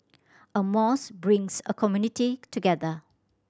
a mosque brings a community together